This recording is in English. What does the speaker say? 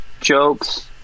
Jokes